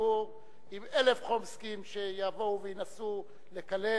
הדיבור עם אלף חומסקים שיבואו וינסו לקלל,